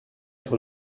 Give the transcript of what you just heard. sur